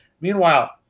Meanwhile